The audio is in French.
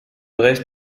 reste